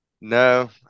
No